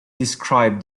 described